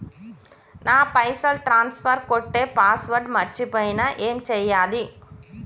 నా పైసల్ ట్రాన్స్ఫర్ కొట్టే పాస్వర్డ్ మర్చిపోయిన ఏం చేయాలి?